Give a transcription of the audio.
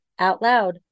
OUTLOUD